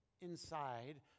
inside